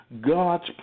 God's